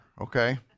okay